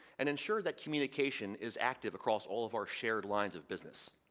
and ensure that communication is active across all of our shared lines of business.